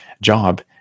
job